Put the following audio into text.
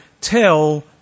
tell